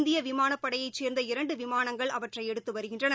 இந்தியவிமானப்படையைசேர்ந்த இரண்டுவிமானங்கள் அவற்றைஎடுத்துவருகின்றன